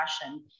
fashion